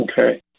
Okay